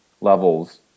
levels